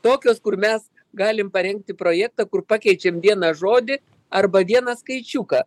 tokios kur mes galim parengti projektą kur pakeičiam vieną žodį arba vieną skaičiuką